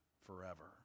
forever